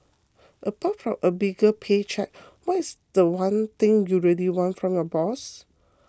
apart from a bigger pay cheque what's the one thing you really want from your boss